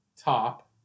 top